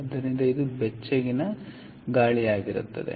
ಆದ್ದರಿಂದ ಇದು ಬೆಚ್ಚಗಿನ ಗಾಳಿಯಾಗಲಿ